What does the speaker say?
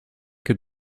que